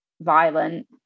violent